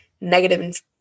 negative